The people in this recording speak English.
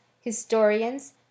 historians